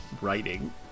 writing